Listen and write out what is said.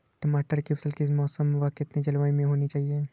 टमाटर की फसल किस मौसम व कितनी जलवायु में होनी चाहिए?